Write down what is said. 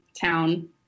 town